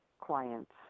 clients